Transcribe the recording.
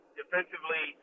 defensively